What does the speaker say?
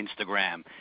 Instagram